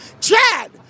Chad